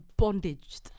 bondaged